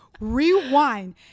Rewind